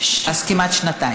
אז זה כמעט שנתיים.